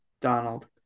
Donald